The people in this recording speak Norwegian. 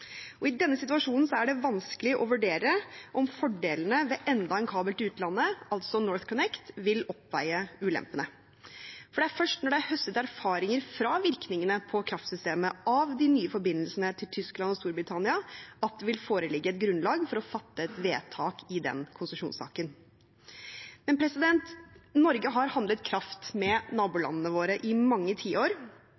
I denne situasjonen er det vanskelig å vurdere om fordelene ved enda en kabel til utlandet, altså NorthConnect, vil oppveie ulempene. For det er først når det er høstet erfaringer fra virkningene på kraftsystemet av de nye forbindelsene til Tyskland og Storbritannia, at det vil foreligge et grunnlag for å fatte et vedtak i den konsesjonssaken. I Norge har vi handlet kraft med